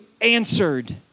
answered